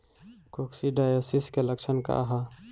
Coccidiosis के लक्षण का ह?